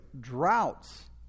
droughts